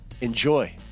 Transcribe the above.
Enjoy